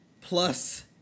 plus